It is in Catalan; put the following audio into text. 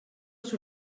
els